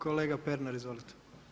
Kolega Pernar izvolite.